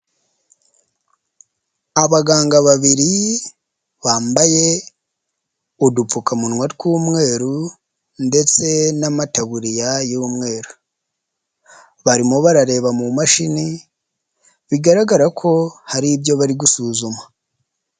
Abaganga babiri bambaye udupfukamunwa tw'umweru ndetse n'amataburiya y'umweru. Barimo barareba mu mashini, bigaragara ko hari ibyo bari gusuzuma.